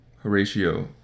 Horatio